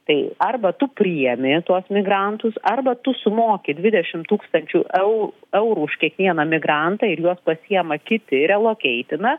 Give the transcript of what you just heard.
tai arba tu priimi tuos migrantus arba tu sumoki dvidešim tūkstančių eu eurų už kiekvieną migrantą ir juos pasiima kiti relokeitina